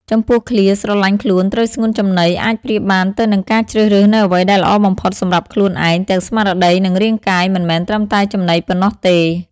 ចំពោះឃ្លា ស្រឡាញ់ខ្លួន ត្រូវស្ងួនចំណី អាចប្រៀបបានទៅនឹងការជ្រើសរើសនូវអ្វីដែលល្អបំផុតសម្រាប់ខ្លួនឯង ទាំងស្មារតីនិងរាងកាយ មិនមែនត្រឹមតែចំណីប៉ុណ្ណោះទេ។